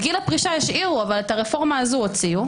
את גיל הפרישה השאירו אבל את הרפורמה הזאת הוציאו.